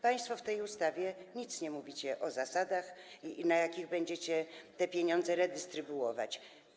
Państwo w tej ustawie nic nie mówicie o zasadach, na jakich będziecie te pieniądze redystrybuować.